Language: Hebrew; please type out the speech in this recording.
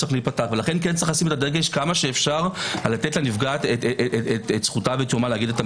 לכן יש לשים את הדגש על לתת את הנפגעת את זכותה להגיד,